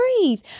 breathe